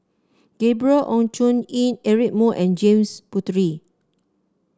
Gabriel Oon Chong Jin Eric Moo and James Puthucheary